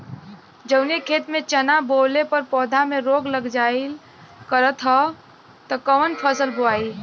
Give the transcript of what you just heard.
जवने खेत में चना बोअले पर पौधा में रोग लग जाईल करत ह त कवन फसल बोआई?